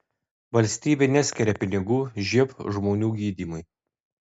valstybė neskiria pinigų živ žmonių gydymui